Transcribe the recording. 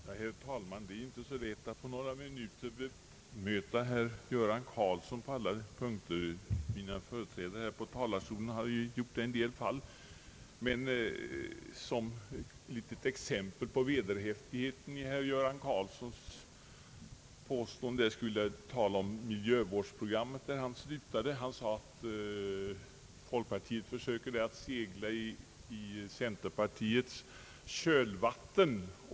Herr talman! Det är inte så lätt att på några minuter bemöta herr Göran Karlsson på alla punkter. Mina företrädare här i talarstolen har bemött honom i en del fall. Som ett litet exempel på vederhäftigheten i herr Göran Karlssons påståenden vill jag ta hans uttalande att folkpartiet försöker segla i centerpartiets kölvatten.